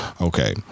Okay